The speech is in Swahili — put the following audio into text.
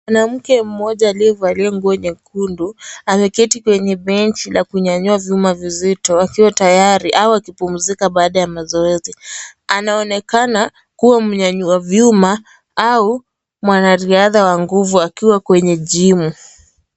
Mwanamke mmoja aliyevalia nguo nyekundu ameketi kwenye benchi la kunyanyua vyua vizito akiwa tayari au akipumzika baada ya mazoezi. Anaonekana kuwa mnyanyua vyuma au mwanariadha wa nguvu akiwa kwenye jimu.